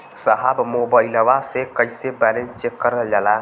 साहब मोबइलवा से कईसे बैलेंस चेक करल जाला?